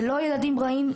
זה לא ילדים רעים,